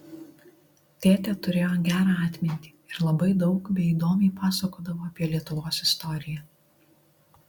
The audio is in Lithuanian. tėtė turėjo gerą atmintį ir labai daug bei įdomiai pasakodavo apie lietuvos istoriją